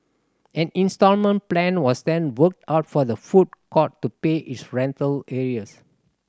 an instalment plan was then worked out for the food court to pay its rental arrears